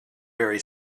very